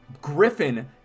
Griffin